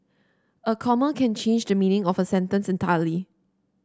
a comma can change the meaning of a sentence entirely